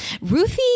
ruthie